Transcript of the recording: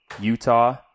Utah